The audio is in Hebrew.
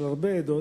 של הרבה עדות,